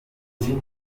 gute